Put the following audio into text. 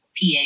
PA